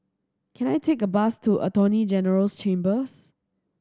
can I take a bus to Attorney General's Chambers